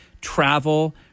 travel